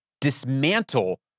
dismantle